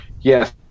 Yes